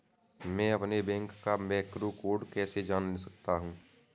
मैं अपने बैंक का मैक्रो कोड कैसे जान सकता हूँ?